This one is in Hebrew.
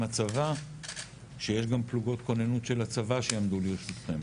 הצבא שיש גם פלוגות כוננות של הצבא שיעמדו לרשותכם.